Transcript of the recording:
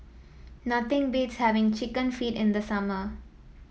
nothing beats having chicken feet in the summer